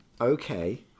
okay